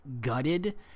gutted